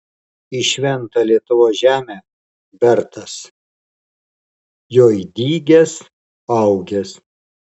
į šventą lietuvos žemę bertas joj dygęs augęs